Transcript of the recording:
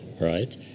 right